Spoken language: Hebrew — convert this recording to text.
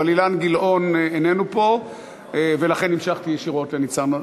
אבל אילן גילאון איננו פה ולכן המשכתי ישירות לניצן,